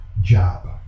job